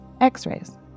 X-rays